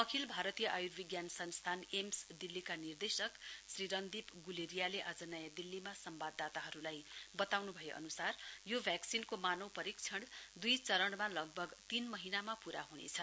अखिल भारतीय आयुर्विज्ञान संस्थान एम्स दिल्लीका निर्देशक श्री रणदीप गुलेरियाले आज नयाँ दिल्लीमा सम्बादगदाताहरुलाई वताउनु भए अनुसार यो वेक्सिनको मानव परीक्षण दुई चरणमा लगभग तीन महीनमा पूरा हुनेछ